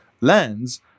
lands